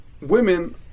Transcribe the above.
women